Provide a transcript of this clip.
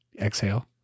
exhale